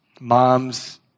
Moms